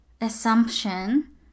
assumption